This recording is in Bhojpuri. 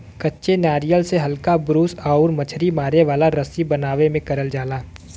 कच्चे नारियल से हल्का ब्रूस आउर मछरी मारे वाला रस्सी बनावे में करल जाला